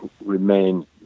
remain